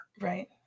right